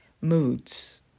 moods